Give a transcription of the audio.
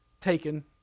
taken